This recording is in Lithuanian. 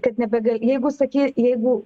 kad nebega jeigu saky jeigu